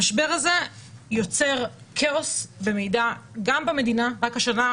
המשבר הזה יוצר כאוס במידע גם במדינה רק השנה,